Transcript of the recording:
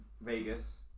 Vegas